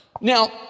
Now